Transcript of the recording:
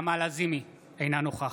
בהצבעה נעמה לזימי, אינה נוכחת